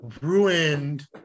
ruined